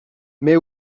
mais